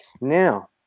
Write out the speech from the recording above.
Now